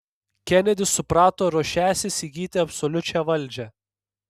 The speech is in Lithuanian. kenedis suprato ruošiąsis įgyti absoliučią valdžią